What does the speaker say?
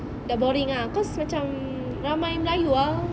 dah boring ah cause macam ramai melayu ah